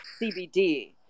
CBD